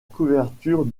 couverture